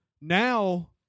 now